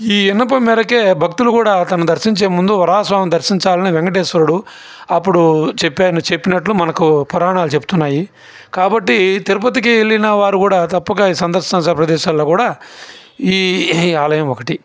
ఈ విన్నపం మేరకే భక్తులు కూడా తనని దర్శించే ముందు వరాహ స్వామిని దర్శించాలని వెంకటేశ్వరుడు అప్పుడు చెప్పారు చెప్పినట్లు మనకు పురాణాలు చెప్తున్నాయి కాబట్టి తిరుపతికి వెళ్ళిన వారు కూడా తప్పక ఈ సందర్శించాల్సిన ప్రదేశాల్లో కూడా ఈ ఆలయం ఒకటి